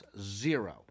Zero